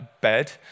bed